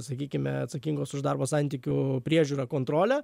sakykime atsakingos už darbo santykių priežiūrą kontrolę